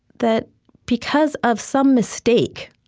that because of some mistake